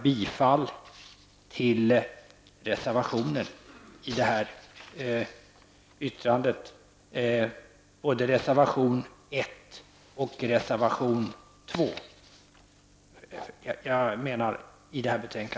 Jag vill, herr talman, yrka bifall till reservationerna